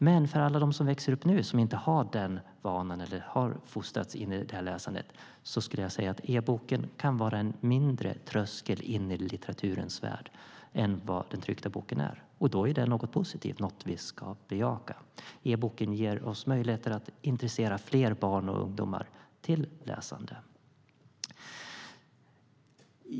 Men för alla de som växer upp nu som inte har den vanan eller har fostrats in i det läsandet kan e-boken vara en lägre tröskel in i litteraturens värld än vad den tryckta boken är. Då är det något positivt, något vi ska bejaka. E-boken ger oss möjligheter att intressera fler barn och ungdomar till läsande.